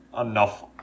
enough